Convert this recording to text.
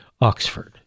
Oxford